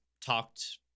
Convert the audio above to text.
talked